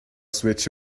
switch